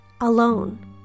alone